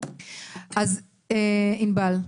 ענבל,